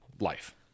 life